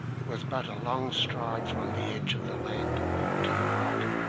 it was but a long stride from the edge of the land to the rock.